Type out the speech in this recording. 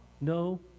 no